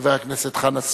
חבר הכנסת חנא סוייד,